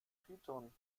python